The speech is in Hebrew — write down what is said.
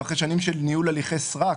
ואחרי שנים של ניהול הליכי סרק.